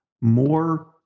more